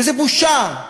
וזה בושה.